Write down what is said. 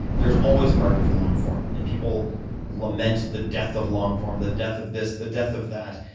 there's always a market for long form. and people lament the death of long form, the death of this, the death of that.